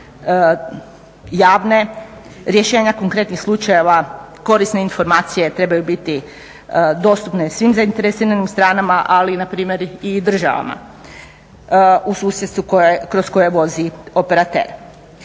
vidljive, javne, rješenja konkretnih slučajeva, korisne informacije trebaju biti dostupne svim zainteresiranim stranama, ali npr. i državama u susjedstvu kroz koje vozi operater.